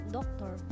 Doctor